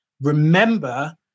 remember